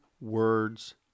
words